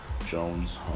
Jones